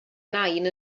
nain